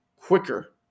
quicker